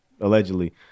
Allegedly